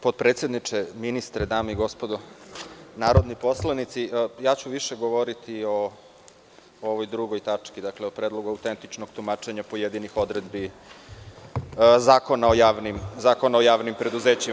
Potpredsedniče, ministre, dame i gospodo narodni poslanici, ja ću više govoriti o ovoj drugoj tački – Predlogu autentičnog tumačenja pojedinih odredbi Zakona o javnim preduzećima.